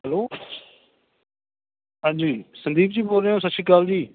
hello ਹਾਂਜੀ ਸੰਦੀਪ ਜੀ ਬੋਲ ਰਹੇ ਹੋ ਸਤਿ ਸ਼੍ਰੀ ਅਕਾਲ ਜੀ